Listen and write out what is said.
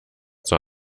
zur